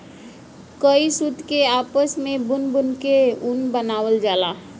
कई सूत के आपस मे बुन बुन के ऊन बनावल जाला